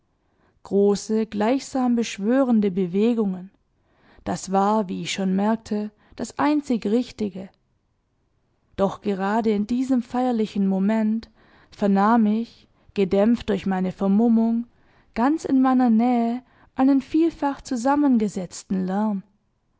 große gleichsam beschwörende bewegungen das war wie ich schon merkte das einzig richtige doch gerade in diesem feierlichen moment vernahm ich gedämpft durch meine vermummung ganz in meiner nähe einen vielfach zusammengesetzten lärm